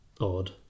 odd